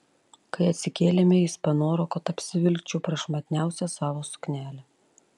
kai atsikėlėme jis panoro kad apsivilkčiau prašmatniausią savo suknelę